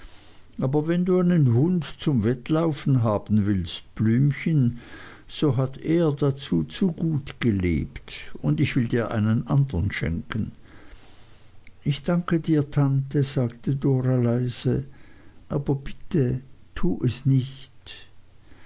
aber wenn du einen hund zum wettlaufen haben willst blümchen so hat er dazu zu gut gelebt und ich will dir einen andern schenken ich danke dir tante sagte dora leise aber bitte tue es nicht